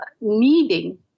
needing